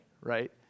right